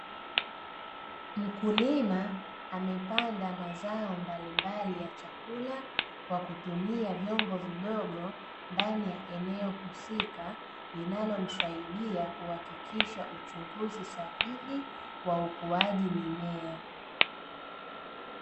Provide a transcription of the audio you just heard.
Mkulima amepanda mazao mbalimbali ya chakula kwa kutumia vyombo vidogo ndani ya eneo husika linalomsaidia kuhakikisha uchunguzi sahihi wa ukuaji mimea.